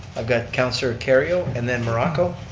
i've got councillor kerrio and then morocco.